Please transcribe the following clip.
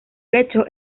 lecho